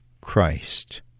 Christ